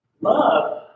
Love